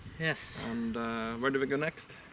yes. and where do we go next?